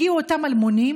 הגיעו אותם אלמונים,